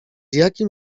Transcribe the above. jakim